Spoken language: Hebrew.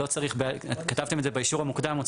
אבל